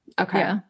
Okay